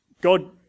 God